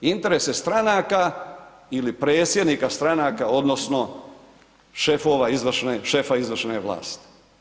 Interese stranaka ili predsjednika stranaka odnosno šefa izvršne vlasti.